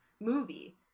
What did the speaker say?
movie